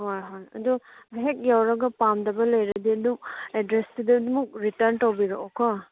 ꯍꯣꯏ ꯍꯣꯏ ꯑꯗꯨ ꯍꯦꯛ ꯇꯧꯔꯒ ꯄꯥꯝꯗꯕ ꯂꯩꯔꯗꯤ ꯑꯗꯨꯝ ꯑꯦꯗ꯭ꯔꯦꯁꯇꯨꯗ ꯑꯃꯨꯛ ꯔꯤꯇꯔꯟ ꯇꯧꯕꯤꯔꯛꯑꯣꯀꯣ